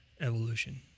Evolution